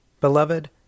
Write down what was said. Beloved